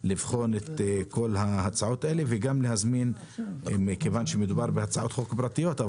לבחון את כל ההצעות האלה ומכיוון שמדובר בהצעות חוק פרטיות,